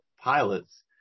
pilots